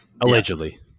Allegedly